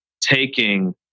taking